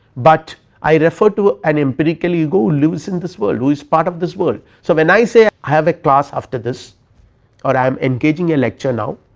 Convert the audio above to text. but i refer to an empirical ego lives in this world, lives part of this world. so when i say i have a class after this or i am engaging a lecture now.